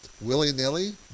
willy-nilly